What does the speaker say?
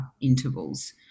intervals